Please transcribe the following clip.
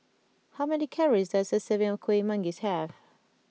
how many calories does a serving of Kuih Manggis have